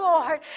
Lord